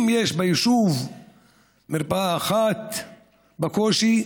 אם יש ביישוב מרפאה אחת בקושי,